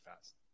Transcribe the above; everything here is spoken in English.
fast